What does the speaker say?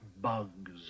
bugs